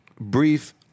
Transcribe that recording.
brief